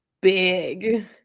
big